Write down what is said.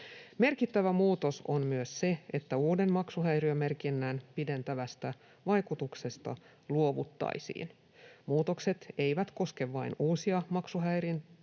Merkittävä muutos on myös se, että uuden maksuhäiriömerkinnän pidentävästä vaikutuksesta luovuttaisiin. Muutokset eivät koske vain uusia maksuhäiriömerkintöjä,